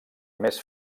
més